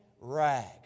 rags